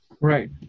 Right